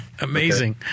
Amazing